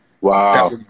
Wow